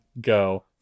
go